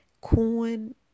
corn